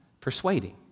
persuading